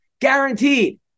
guaranteed